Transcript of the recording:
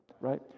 right